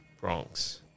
Bronx